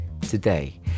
today